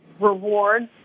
rewards